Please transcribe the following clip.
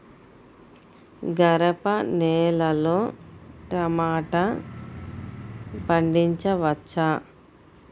గరపనేలలో టమాటా పండించవచ్చా?